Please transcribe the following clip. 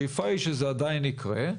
השאיפה היא שזה עדיין יקרה,